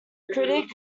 critic